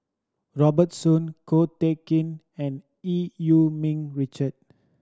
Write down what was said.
Robert Soon Ko Teck Kin and Eu Yee Ming Richard